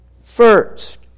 First